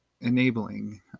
enabling